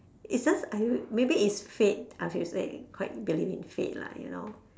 it's just I rea~ maybe it's fate I should say quite believe in fate lah you know